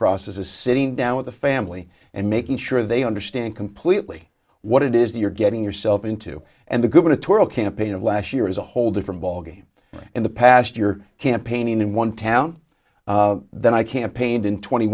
process is sitting down with the family and making sure they understand completely what it is you're getting yourself into and the gubernatorial campaign of last year is a whole different ballgame in the past year campaigning in one town then i campaigned in twenty